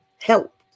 Help